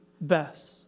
best